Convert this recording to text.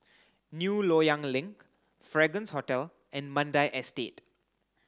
New Loyang Link Fragrance Hotel and Mandai Estate